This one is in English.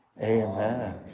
Amen